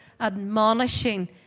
admonishing